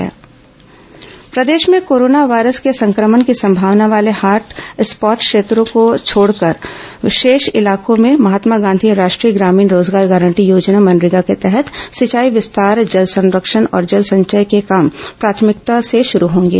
corona MNREGA कार्य प्रदेश में कोरोना वायरस के संक्रमण की संभावना वाले हॉट स्पॉट क्षेत्रों को छोड़कर शेष इलाकों में महात्मा गांधी राष्ट्रीय ग्रामीण रोजगार गारंटी योजना मनरेगा के तहत सिंचाई विस्तार जल संरक्षण और जल संचय के काम प्राथमिकता से शुरू होंगे